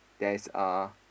there is uh